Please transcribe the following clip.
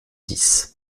dix